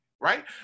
right